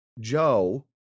Joe